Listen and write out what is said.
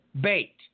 Bait